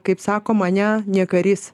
kaip sakom ane ne karys